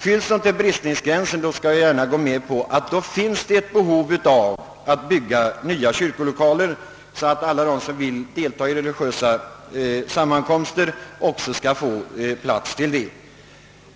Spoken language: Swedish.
Är de fyllda till bristningsgränsen, då skall jag gärna gå med på att det finns ett behov av att bygga nya kyrkolokaler, så att alla de som vill delta i religiösa sammankomster också skall få plats.